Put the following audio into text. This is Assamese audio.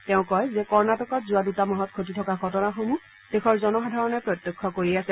তেওঁ কয় যে কৰ্ণটিকত যোৱা দুটা মাহত ঘটি থকা ঘটনাসমূহ দেশৰ জনসাধাৰণে প্ৰত্যক্ষ কৰি আছে